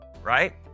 Right